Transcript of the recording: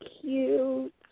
cute